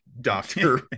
doctor